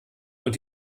und